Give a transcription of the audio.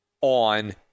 on